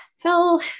hell